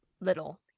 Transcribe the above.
little